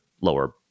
lower